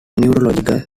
neurological